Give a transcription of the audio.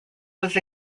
was